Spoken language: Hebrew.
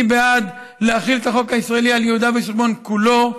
אני בעד להחיל את החוק הישראלי על יהודה ושומרון כולו,